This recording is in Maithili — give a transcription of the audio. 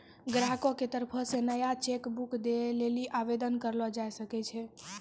ग्राहको के तरफो से नया चेक बुक दै लेली आवेदन करलो जाय सकै छै